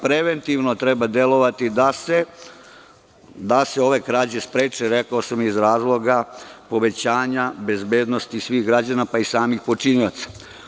Preventivno treba delovati da se ove krađe spreče, rekao sam iz razloga povećanja bezbednosti svih građana, pa i samih počinioca.